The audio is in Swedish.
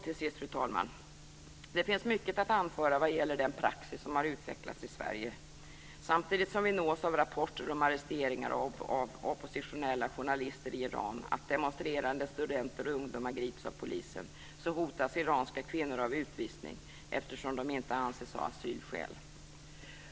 Till sist, fru talman, finns det mycket att anföra vad gäller den praxis som har utvecklats i Sverige. Samtidigt som vi nås av rapporter om arresteringar av oppositionella journalister i Iran och om att demonstrerande studenter och ungdomar grips av polisen, hotas iranska kvinnor av utvisning eftersom de inte anses ha asylskäl.